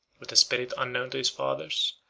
with a spirit unknown to his fathers,